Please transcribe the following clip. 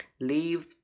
Leaves